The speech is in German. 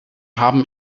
haben